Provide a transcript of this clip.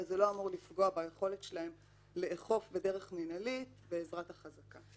וזה לא אמור לפגוע ביכולת שלהם לאכוף בדרך מינהלית בעזרת החזקה.